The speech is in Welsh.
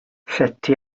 llety